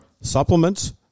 supplements